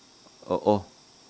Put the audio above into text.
oh oh